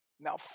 Now